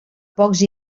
pocs